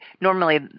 normally